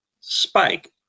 spike